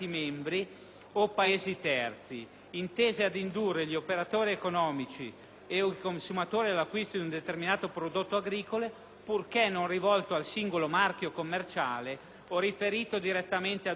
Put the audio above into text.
o Paesi terzi, intese ad indurre gli operatori economici o i consumatori all'acquisto di un determinato prodotto agricolo», «purché non rivolto al singolo marchio commerciale o riferito direttamente ad un'impresa»: